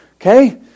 Okay